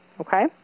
Okay